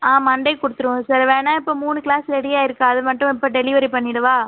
ஆ Monday கொடுத்துருவோம் sir வேணால் இப்போ மூணு கிளாஸ் ரெடியாக இருக்குது அதை மட்டும் இப்போ டெலிவரி பண்ணிவிடவா